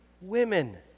women